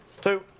two